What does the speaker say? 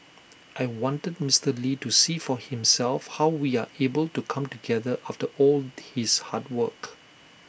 I wanted Mister lee to see for himself how we are able to come together after all his hard work